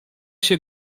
się